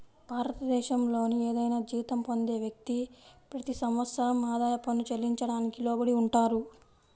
భారతదేశంలోని ఏదైనా జీతం పొందే వ్యక్తి, ప్రతి సంవత్సరం ఆదాయ పన్ను చెల్లించడానికి లోబడి ఉంటారు